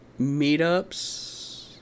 meetups